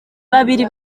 babiri